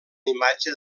imatge